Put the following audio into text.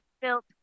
built